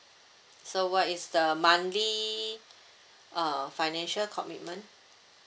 so what is the monthly uh financial commitment